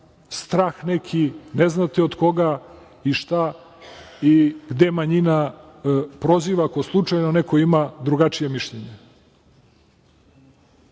strah neki, ne znate od koga i šta i gde manjina proziva ako slučajno neko ima drugačije mišljenje. Ni